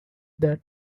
that